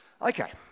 Okay